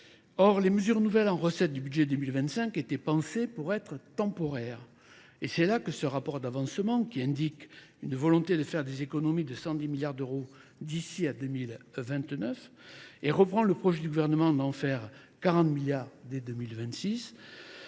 Or, les mesures nouvelles en recette du budget 2025 étaient pensées pour être temporaires. Et c'est là que ce rapport d'avancement qui indique une volonté de faire des économies de 110 milliards d'euros d'ici à 2029 et reprend le projet du gouvernement d'en faire 40 milliards dès 2026,